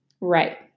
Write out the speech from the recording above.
Right